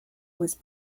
was